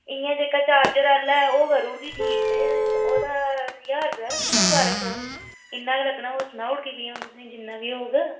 इंया जेह्ड़ा चार्जर आह्ला ऐ ते ओह् करी ओड़गी ठीक ते ओह्दा ज्हार रपेआ लग्गना बारां सौ इन्ना गै लग्गना होर भी सनाई ओड़गी किन्ना लग्गना होर